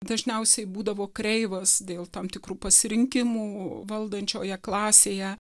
dažniausiai būdavo kreivas dėl tam tikrų pasirinkimų valdančioje klasėje